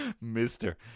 Mister